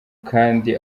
kandi